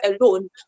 alone